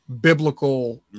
biblical